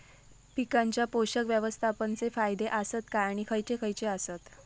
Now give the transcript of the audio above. पीकांच्या पोषक व्यवस्थापन चे फायदे आसत काय आणि खैयचे खैयचे आसत?